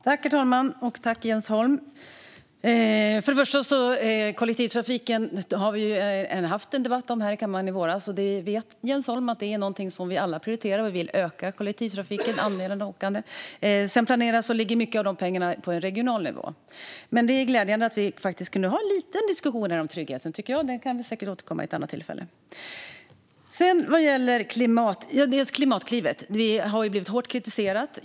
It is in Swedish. Herr talman! Kollektivtrafiken hade vi en debatt om här i kammaren i våras. Jens Holm vet att vi alla prioriterar kollektivtrafiken och vill öka andelen åkande. Sedan planeras och ligger mycket av de pengarna på regional nivå. Men det är glädjande att vi faktiskt kunde ha en liten diskussion här om tryggheten. Den kan vi säkert återkomma till vid ett annat tillfälle. Klimatklivet har blivit hårt kritiserat.